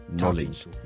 knowledge